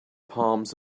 palms